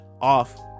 off